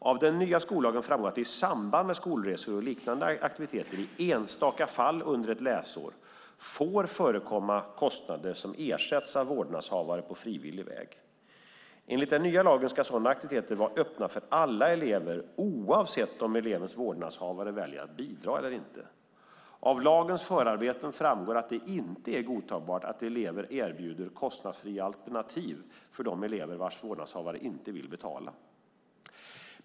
Av den nya skollagen framgår att det i samband med skolresor och liknande aktiviteter, i enstaka fall under ett läsår, får förekomma kostnader som ersätts av vårdnadshavare på frivillig väg. Enligt den nya lagen ska sådana aktiviteter vara öppna för alla elever oavsett om elevens vårdnadshavare väljer att bidra eller inte. Av lagens förarbeten framgår att det inte är godtagbart att skolan erbjuder kostnadsfria alternativ för de elever vars vårdnadshavare inte vill betala.